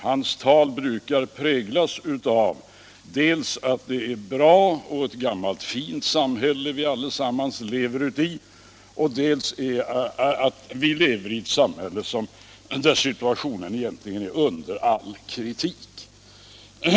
Hans tal brukar präglas av dels att det är ett gammalt fint samhälle vi allesammans lever uti, dels att vi lever i ett samhälle där situationen egentligen är under all kritik.